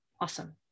awesome